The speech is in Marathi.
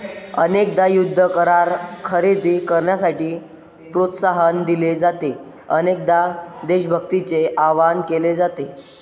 अनेकदा युद्ध करार खरेदी करण्यासाठी प्रोत्साहन दिले जाते, अनेकदा देशभक्तीचे आवाहन केले जाते